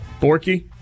Borky